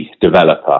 developer